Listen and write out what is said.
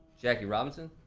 jackie robinson?